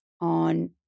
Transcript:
on